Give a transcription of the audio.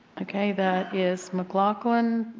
okay. that is mclaughlin,